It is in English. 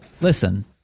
Listen